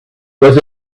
was